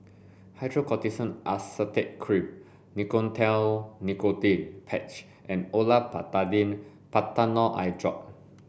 Hydrocortisone Acetate Cream Nicotinell Nicotine Patch and Olopatadine Patanol Eyedrop